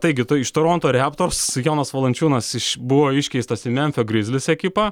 taigi tai iš toronto reptors jonas valančiūnas iš buvo iškeistas į memfio grizlis ekipą